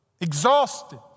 exhausted